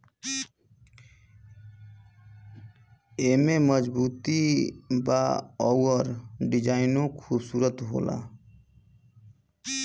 एमे मजबूती बा अउर डिजाइनो खुबसूरत होला